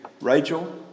Rachel